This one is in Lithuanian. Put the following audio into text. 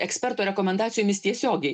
eksperto rekomendacijomis tiesiogiai